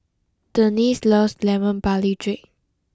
Denisse loves Lemon Barley Drink